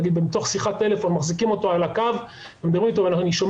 נגיד בתוך שיחת טלפון מחזיקים אותו על הקו ומדברים איתו ואני שומע